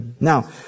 Now